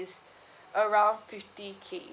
around fifty K